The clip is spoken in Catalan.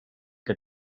que